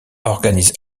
organise